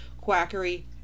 quackery